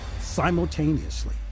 simultaneously